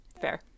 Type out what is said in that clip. Fair